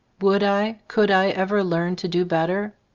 would i, could i ever learn to do better?